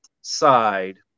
side